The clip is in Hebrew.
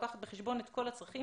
תוכנית שלוקחת בחשבון את כל הצרכים.